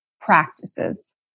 practices